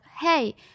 hey